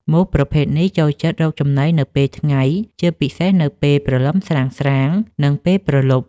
មូសប្រភេទនេះចូលចិត្តរកចំណីនៅពេលថ្ងៃ ជាពិសេសនៅពេលព្រលឹមស្រាងៗ និងពេលព្រលប់។